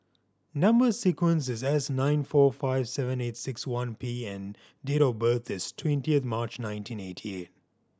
number sequence is S nine four five seven eight six one P and date of birth is twentieth March nineteen eighty eight